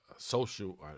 social